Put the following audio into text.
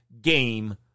game